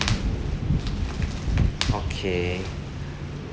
okay